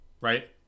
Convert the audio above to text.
right